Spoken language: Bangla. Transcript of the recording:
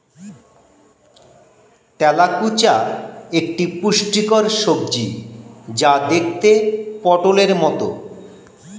তেলাকুচা একটি পুষ্টিকর সবজি যা দেখতে পটোলের মতো